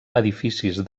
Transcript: edificis